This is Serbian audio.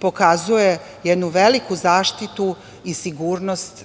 pokazuje jednu veliku zaštitu i sigurnost